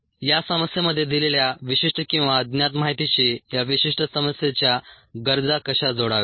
या समस्येमध्ये दिलेल्या विशिष्ट किंवा ज्ञात माहितीशी या विशिष्ट समस्येच्या गरजा कशा जोडाव्यात